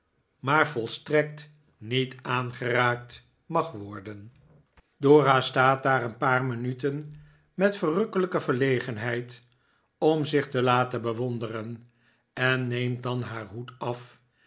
maar volstrekt niet aangeraakt mag worden dora staat daar een paar minuten met verrukkelijke verlegenheid om zich te laten bewonderen en neemt dan haar hoed af